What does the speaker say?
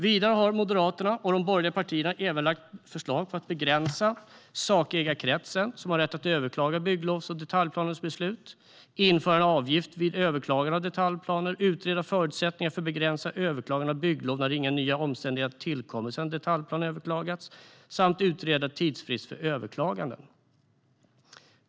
Vidare har Moderaterna och de övriga borgerliga partierna även lagt förslag om att begränsa sakägarkretsen som har rätt att överklaga bygglov och detaljplanebeslut, införa en avgift vid överklagande av detaljplaner, utreda förutsättningarna för att begränsa överklagande av bygglov när inga nya omständigheter tillkommit sedan detaljplan överklagats samt utreda tidsfrist för överklaganden.